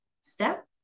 step